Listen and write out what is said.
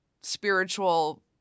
spiritual